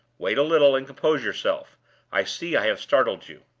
wait a little, and compose yourself i see i have startled you.